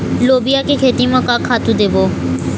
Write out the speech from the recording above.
लोबिया के खेती म का खातू देबो?